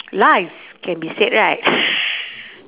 lies can be said right